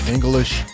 English